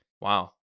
Wow